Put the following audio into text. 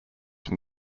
from